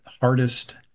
hardest